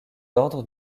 ordres